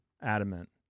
adamant